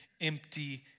empty